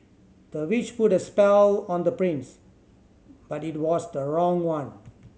the witch put a spell on the prince but it was the wrong one